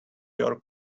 your